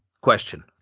question